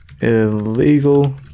illegal